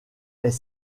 est